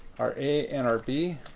our a and our b